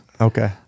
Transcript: Okay